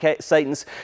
Satan's